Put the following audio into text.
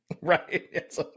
right